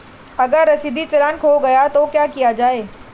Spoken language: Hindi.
अगर रसीदी चालान खो गया तो क्या किया जाए?